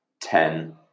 ten